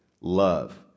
love